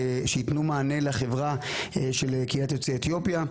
שייתנו מענה לחברה של קהילת יוצאי אתיופיה.